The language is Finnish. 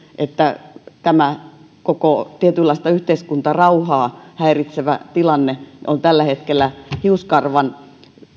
että tämä koko tietynlaista yhteiskuntarauhaa häiritsevä tilanne on tällä hetkellä hiuskarvan